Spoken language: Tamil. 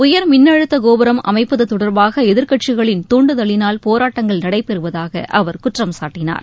உயர் மின்னழுத்த கோபுரம் அமைப்பது தொடர்பாக எதிர்க்கட்சிகளின் தூண்டுதலினால் போராட்டங்கள் நடைபெறுவதாக அவர் குற்றம் சாட்டினார்